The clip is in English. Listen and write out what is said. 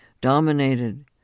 dominated